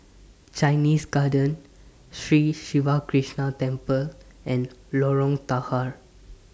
Chinese Garden Sri Siva Krishna Temple and Lorong Tahar